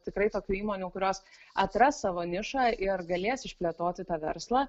tikrai tokių įmonių kurios atras savo nišą ir galės išplėtoti tą verslą